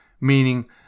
Meaning